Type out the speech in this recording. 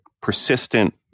persistent